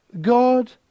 God